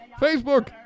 Facebook